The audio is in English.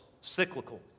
cyclical